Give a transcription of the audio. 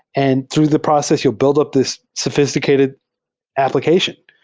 and through the process, you'll build up this sophisticated application.